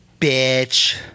Bitch